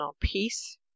peace